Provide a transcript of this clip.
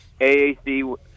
aac